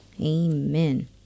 Amen